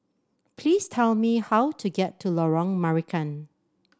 please tell me how to get to Lorong Marican